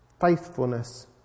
faithfulness